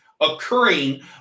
occurring